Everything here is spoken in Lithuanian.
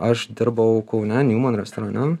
o aš dirbau kaune niūman restorane